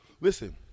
listen